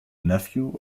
nephew